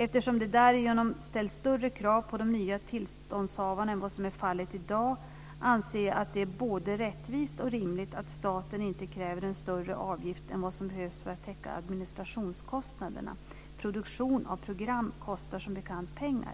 Eftersom det därigenom ställs större krav på de nya tillståndshavarna än vad som är fallet i dag, anser jag att det är både rättvist och rimligt att staten inte kräver en större avgift än vad som behövs för att täcka administrationskostnaderna. Produktion av program kostar som bekant pengar.